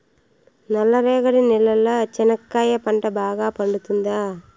నల్ల రేగడి నేలలో చెనక్కాయ పంట బాగా పండుతుందా?